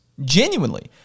Genuinely